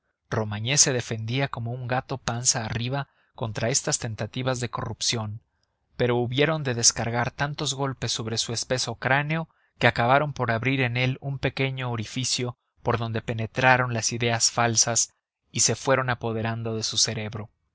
romagné se defendía como un gato panza arriba contra estas tentativas de corrupción pero hubieron de descargar tantos golpes sobre su espeso cráneo que acabaron por abrir en él un pequeño orificio por donde penetraron las ideas falsas y se fueron apoderando de su cerebro